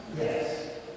Yes